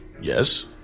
Yes